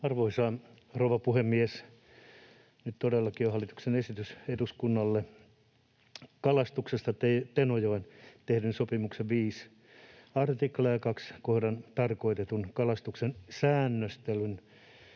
Arvoisa rouva puhemies! Nyt todellakin on käsittelyssä hallituksen esitys eduskunnalle kalastuksesta Tenojoen vesistössä tehdyn sopimuksen 5 artiklan 2 kohdassa tarkoitetun kalastuksen säännöstelyn